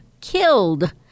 killed